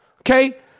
Okay